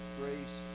grace